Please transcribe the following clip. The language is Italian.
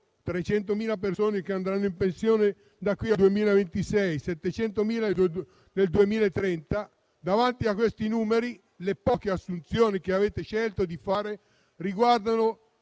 300.000 persone che andranno in pensione da qui al 2026, 700.000 nel 2030 - le poche assunzioni che avete scelto di fare riguardano